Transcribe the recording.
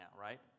right